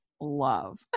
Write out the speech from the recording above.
love